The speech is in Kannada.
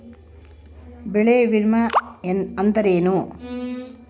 ಬೆಳೆ ವಿಮೆ ಅಂದರೇನು?